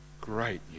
great